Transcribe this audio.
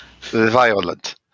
Violent